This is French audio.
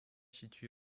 situé